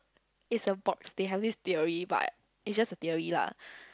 is a box they have this theory but it's just a theory lah